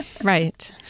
Right